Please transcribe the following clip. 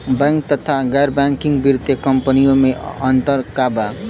Bank तथा गैर banking वित्तीय कम्पनीयो मे अन्तर का बा?